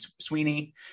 Sweeney